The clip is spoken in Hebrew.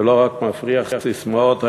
ולא רק מפריח ססמאות,